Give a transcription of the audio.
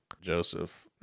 Joseph